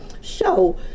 show